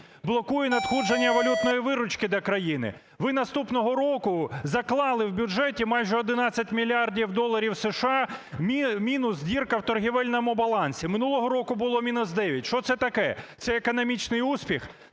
блокує надходження валютної виручки для країни. Ви наступного року заклали в бюджеті майже 11 мільярдів доларів США мінус дірка в торгівельному балансі. Минулого року було мінус 9. Що це таке? Це економічний успіх?